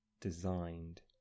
designed